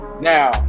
Now